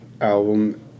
album